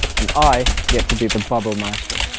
and i get to be the bubble master!